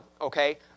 Okay